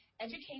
education